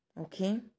okay